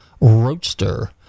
Roadster